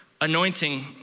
anointing